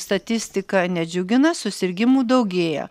statistika nedžiugina susirgimų daugėja